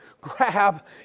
grab